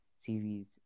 series